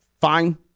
fine